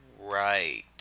Right